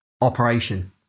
operation